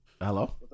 Hello